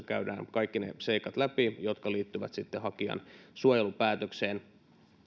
käydään kaikki ne seikat läpi jotka liittyvät hakijan suojelupäätökseen